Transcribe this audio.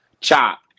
chop